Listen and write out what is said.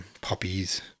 poppies